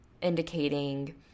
indicating